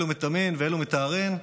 אלו מטמאין ואלו מטהרין,